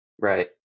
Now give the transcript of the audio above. Right